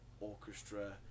orchestra